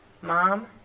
mom